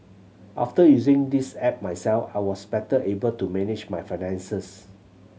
after using this app myself I was better able to manage my finances